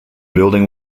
building